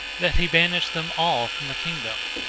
that he banished them all from the kingdom.